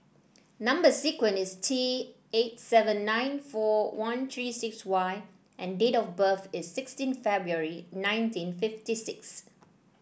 number sequence is T eight seven nine four one three six Y and date of birth is sixteen February nineteen fifty six